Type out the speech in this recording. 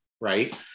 right